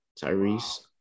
Tyrese